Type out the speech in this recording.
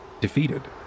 defeated